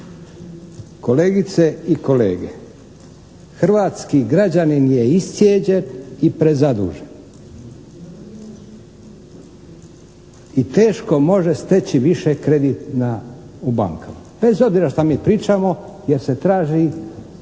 Kolegice i kolege, hrvatski građanin je iscijeđen i prezadužen. I teško može steći više kreditna u bankama. Bez obzira šta mi pričamo jer se traži